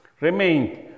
Remained